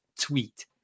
tweet